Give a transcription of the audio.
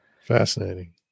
Fascinating